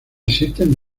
existen